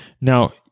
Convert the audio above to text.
Now